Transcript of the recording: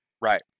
Right